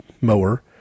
mower